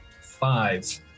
five